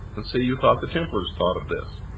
and see, you thought the templars thought of this.